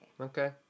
Okay